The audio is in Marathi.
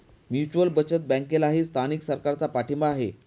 म्युच्युअल बचत बँकेलाही स्थानिक सरकारचा पाठिंबा आहे